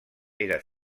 era